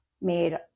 made